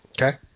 Okay